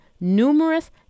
numerous